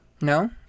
No